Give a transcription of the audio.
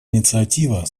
инициатива